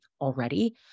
already